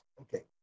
Okay